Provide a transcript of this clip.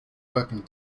working